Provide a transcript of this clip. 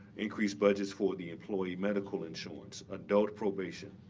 increased budgets for the employee medical insurance, adult probation,